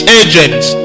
agents